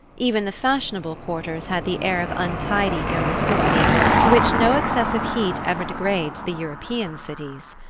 even the fashionable quarters had the air of untidy domesticity to which no excess of heat ever degrades the european cities.